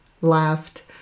laughed